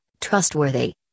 trustworthy